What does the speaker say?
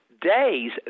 Days